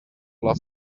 love